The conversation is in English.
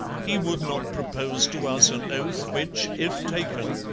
he would not propose to us an oath which, if taken,